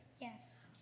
Yes